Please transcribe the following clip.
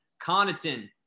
Connaughton